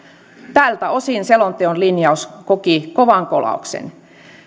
tältä osin selonteon linjaus koki kovan kolauksen